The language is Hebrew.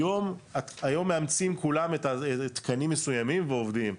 היום מאמצים כולם תקנים מסוימים ועובדים.